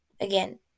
Again